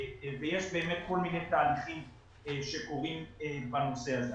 יש באמת כל מיני תהליכים שקורים בנושא הזה.